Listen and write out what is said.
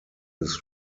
his